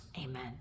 Amen